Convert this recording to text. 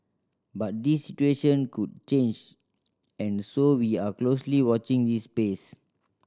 but this situation could change and so we are closely watching this space